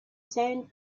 sand